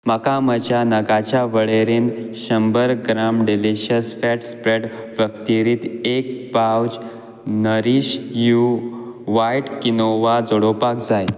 म्हाका म्हज्या नगाच्या वळेरेंत शंबर ग्राम डिलिश्यस फॅट स्प्रॅड फक्तिरीत एक पावच नरीश यू वायट किनोवा जोडोवपाक जाय